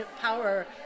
power